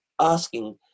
asking